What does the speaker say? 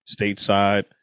stateside